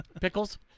Pickles